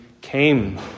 came